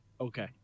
Okay